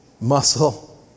muscle